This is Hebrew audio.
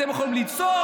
אתם יכולים לצעוק,